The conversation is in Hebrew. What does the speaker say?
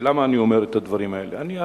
ולמה אני אומר את הדברים האלה אני,